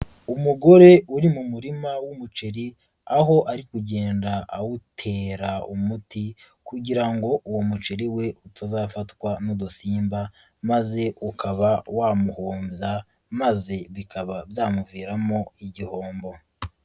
Umugore uri mu murima w'umuceri, aho ari kugenda awutera umuti kugira ngo uwo muceri we utazafatwa n'udusimba maze ukaba wamuhombya maze bikaba byamuviramo igihombo.